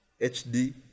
HD